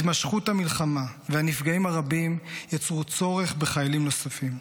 התמשכות המלחמה והנפגעים הרבים יצרו צורך בחיילים נוספים.